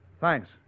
Thanks